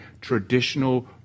traditional